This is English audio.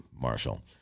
Marshall